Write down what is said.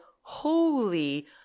holy